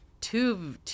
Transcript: two